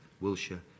Wilshire